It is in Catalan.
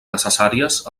necessàries